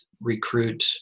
recruit